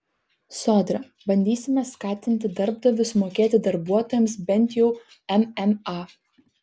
sodra bandysime skatinti darbdavius mokėti darbuotojams bent jau mma